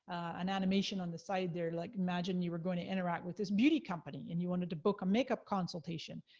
an animation on the side there, like imagine you were gonna interact with this beauty company, and you wanted to book a makeup consultation.